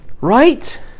right